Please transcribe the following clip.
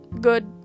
good